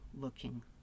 looking